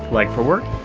like for work,